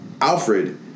Alfred